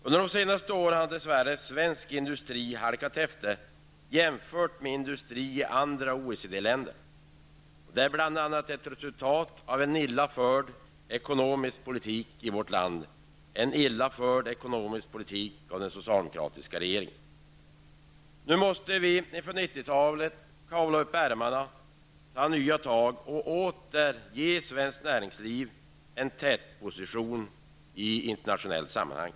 Under de senaste åren har, dess värre, svensk industri halkat efter jämfört med industrin i andra OECD-länder. Bl.a. detta är resultatet av en illa förd ekonomisk politik i vårt land, en av den socialdemokratiska regeringen illa förd politik. Inför återstoden av 90-talet måste vi kavla upp ärmarna, ta nya tag och se till att svenskt näringsliv åter får en tätposition i internationella sammanhang.